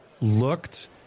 looked